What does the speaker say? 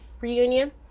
reunion